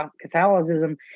Catholicism